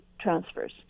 transfers